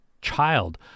child